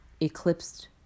eclipsed